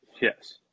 Yes